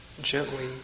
gently